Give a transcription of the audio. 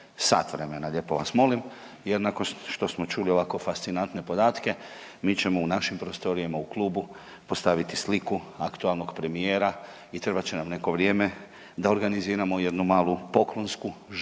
sat vremena lijepo vas molim jer nakon što smo čuli ovako fascinantne mi ćemo u našim prostorijama u klubu postaviti sliku aktualnog premijera i trebat će nam neko vrijeme da organiziramo jednu malu poklonsku žrtvu